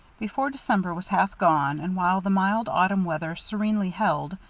before december was half gone and while the mild autumn weather serenely held,